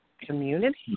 community